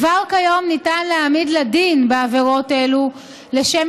כבר כיום ניתן להעמיד לדין בעבירות אלו לשם